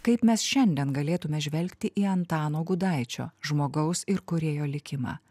kaip mes šiandien galėtume žvelgti į antano gudaičio žmogaus ir kūrėjo likimą